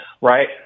Right